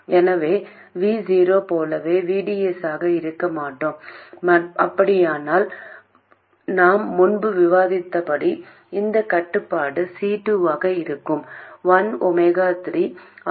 எனவே V0 போலவே VDS ஆக இருக்க மாட்டோம் அப்படியானால் நாம் முன்பு விவாதித்தபடி இந்த கட்டுப்பாடு C2 ஆக இருக்கும் 1 0RL